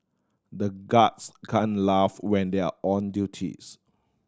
the guards can't laugh when they are on duties